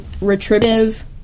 retributive